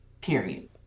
Period